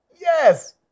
Yes